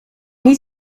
niet